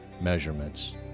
measurements